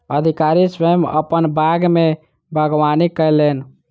अधिकारी स्वयं अपन बाग में बागवानी कयलैन